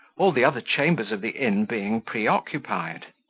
all the other chambers of the inn being pre-occupied.